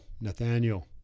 Nathaniel